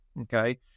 Okay